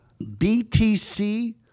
BTC